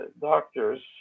doctors